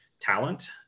talent